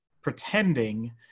pretending